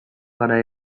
gara